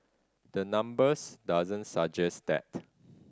the numbers doesn't suggest that